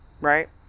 Right